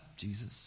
Jesus